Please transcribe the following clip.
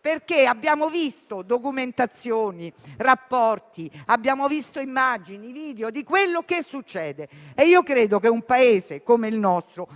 perché abbiamo visto documenti, rapporti e immagini video di quello che succede. E io credo che un Paese come il nostro